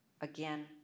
Again